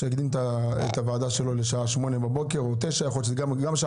שיקדים את שעת הוועדה לשעה 08:00 או 09:00 בבוקר.